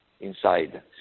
inside